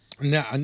No